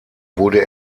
wurde